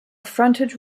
frontage